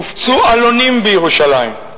הופצו עלונים בירושלים.